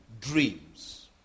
dreams